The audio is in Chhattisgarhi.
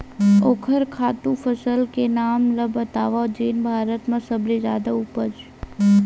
ओखर खातु फसल के नाम ला बतावव जेन भारत मा सबले जादा उपज?